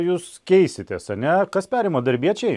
jūs keisitės ar ne kas perima darbiečiai